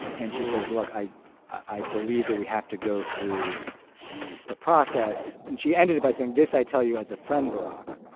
and she says, look. i i believe that we have to go through the process. and she ended by saying, this i tell you as a friend, barack.